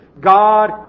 God